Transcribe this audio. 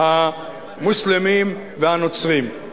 המוסלמים והנוצרים.